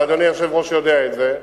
ואדוני היושב-ראש יודע את זה,